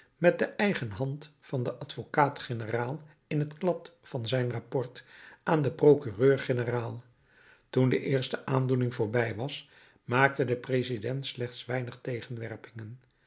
met de eigen hand van den advocaat-generaal in het klad van zijn rapport aan den prokureur generaal toen de eerste aandoening voorbij was maakte de president slechts weinig tegenwerpingen